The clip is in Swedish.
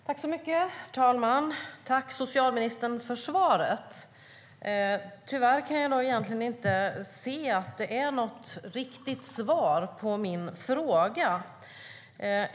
Herr talman! Tack för svaret, socialministern! Tyvärr kan jag egentligen inte se att det är något riktigt svar på min fråga.